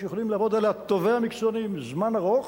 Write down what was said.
שיכולים לעבוד עליה טובי המקצוענים זמן ארוך,